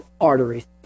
arteries